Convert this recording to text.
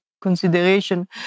consideration